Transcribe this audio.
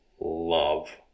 love